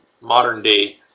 modern-day